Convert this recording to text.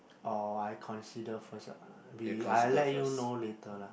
or I consider first be I let you know later lah